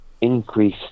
increase